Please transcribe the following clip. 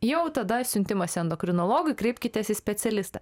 jau tada siuntimas endokrinologui kreipkitės į specialistą